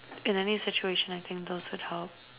in any situation I think those would help